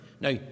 Now